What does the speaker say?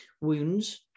wounds